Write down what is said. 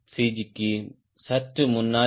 Gக்கு சற்று முன்னால்